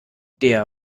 der